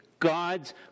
God's